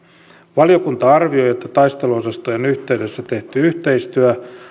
valiokunta arvioi että taisteluosastojen yhteydessä tehty yhteistyö